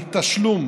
מתשלום